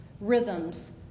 rhythms